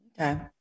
Okay